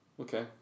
Okay